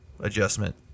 adjustment